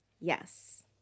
Yes